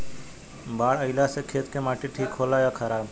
बाढ़ अईला से खेत के माटी ठीक होला या खराब?